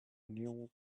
new